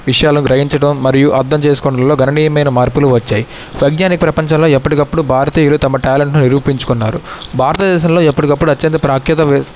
విషయాలు గ్రహించడం మరియు అర్థం చేసుకోవడంలో గణనీయమైన మార్పులు వచ్చాయి వైజ్ఞానిక ప్రపంచంలో ఎప్పటికప్పుడు భారతీయులు తమ టాలెంట్ను నిరూపించుకున్నారు భారతదేశంలో ఎప్పటికప్పుడు అత్యంత ప్రఖ్యాతి వ్యస్